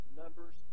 numbers